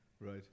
right